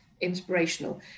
inspirational